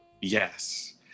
Yes